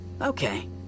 okay